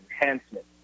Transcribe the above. enhancement